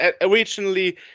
originally